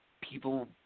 people